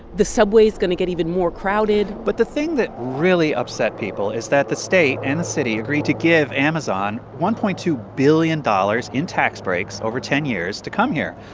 the subway's going to get even more crowded but the thing that really upset people is that the state and the city agreed to give amazon one point two billion dollars in tax breaks over ten years to come here,